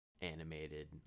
animated